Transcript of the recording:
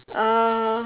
uh